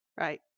right